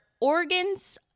organs